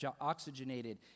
oxygenated